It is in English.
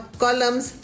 columns